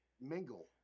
mingle